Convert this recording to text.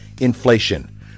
inflation